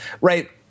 right